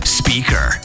speaker